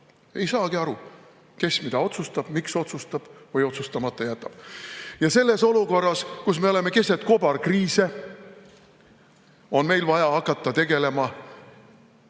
ei saagi aru, kes mida otsustab, miks otsustab või otsustamata jätab. Ja selles olukorras, kus me oleme keset kobarkriisi, on meil vaja hakata tegelema